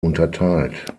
unterteilt